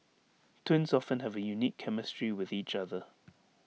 twins often have A unique chemistry with each other